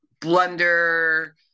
blunder